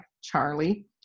Charlie